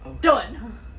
Done